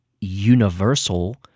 universal